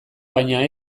baina